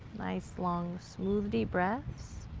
nice long smooth deep breaths.